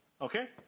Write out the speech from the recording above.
Okay